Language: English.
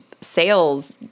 sales